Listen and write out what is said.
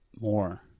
More